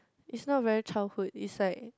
it's not very childhood it's like